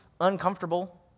uncomfortable